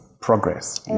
progress